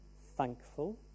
thankful